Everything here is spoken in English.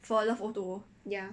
ya